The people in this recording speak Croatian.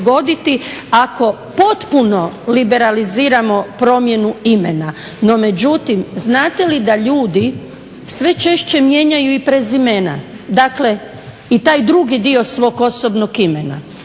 ako potpuno liberaliziramo promjenu imena, no međutim znate li da ljudi sve češće mijenjaju i prezimena, dakle i taj drugi dio svog osobnog imena